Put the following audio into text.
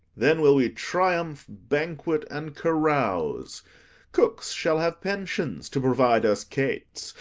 then will we triumph, banquet and carouse cooks shall have pensions to provide us cates,